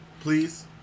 please